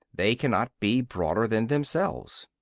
they cannot be broader than themselves.